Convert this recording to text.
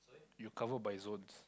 you cover by it's own